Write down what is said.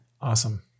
awesome